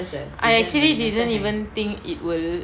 I actually doesn't even think it will